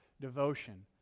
devotion